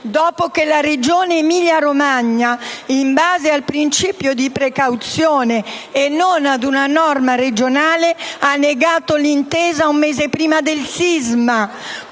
dopo che la Regione Emilia-Romagna, in base al principio di precauzione e non ad una norma regionale, ha negato l'intesa un mese prima del sisma.